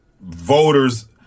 voters